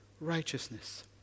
righteousness